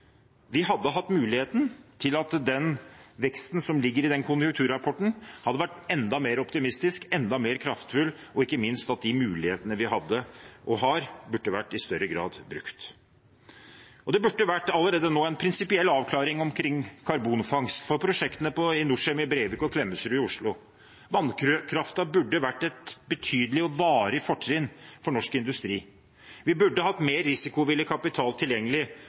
Vi hadde hatt muligheten til at den veksten som ligger i den konjunkturrapporten, hadde gitt enda mer optimisme og vært enda mer kraftfull, og ikke minst: De mulighetene vi hadde, og har, burde i større grad ha vært brukt. Det burde allerede nå ha vært en prinsipiell avklaring omkring karbonfangst for prosjektene i Norcem i Brevik og Klemetsrud i Oslo. Vannkraften burde ha vært et betydelig og varig fortrinn for norsk industri. Vi burde ha hatt mer risikovillig kapital tilgjengelig,